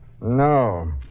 No